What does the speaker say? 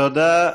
תודה.